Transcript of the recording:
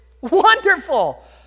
Wonderful